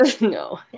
No